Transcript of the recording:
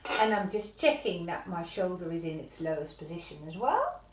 and i'm just checking that my shoulder is in its lowest position as well,